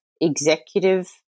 executive